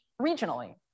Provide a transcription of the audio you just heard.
regionally